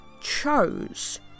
chose